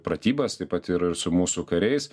pratybas taip pat ir ir su mūsų kariais